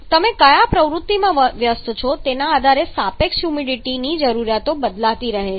તમે કયા પ્રવૃત્તિમાં વ્યસ્ત છો તેના આધારે સાપેક્ષ હ્યુમિડિટીની જરૂરિયાત બદલાતી રહે છે